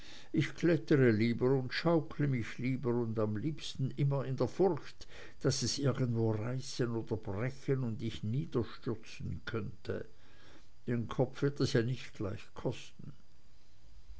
ich klettere lieber und ich schaukle mich lieber und am liebsten immer in der furcht daß es irgendwo reißen oder brechen und ich niederstürzen könnte den kopf wird es ja nicht gleich kosten